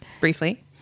Briefly